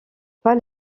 pas